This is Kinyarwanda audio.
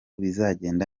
bizagenda